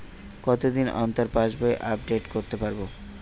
কতদিন অন্তর পাশবই আপডেট করতে পারব?